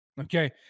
okay